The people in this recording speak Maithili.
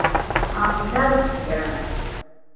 अहाँ मिठाइवला छियै